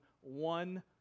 one